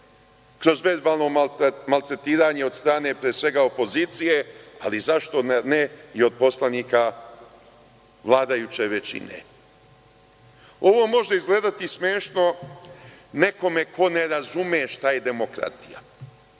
kroz verbalno maltretiranje od strane, pre svega, opozicije, ali zašto da ne i od poslanika vladajuće većine. Ovo može izgledati smešno nekome ko ne razume šta je demokratija,